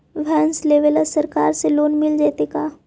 भैंस लेबे ल सरकार से लोन मिल जइतै का?